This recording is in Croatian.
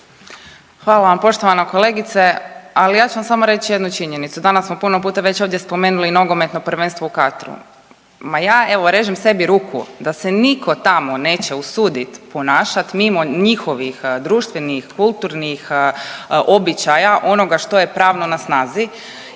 Hvala vam poštovana kolegice, ali ja ću vam samo reći jednu činjenicu. Danas smo puno puta već ovdje spomenuli i nogometno prvenstvo u Katru. Ma ja, evo režem sebi ruku da se nitko tamo neće usuditi ponašati mimo njihovih društvenih, kulturnih običaja, onoga što je pravno na snazi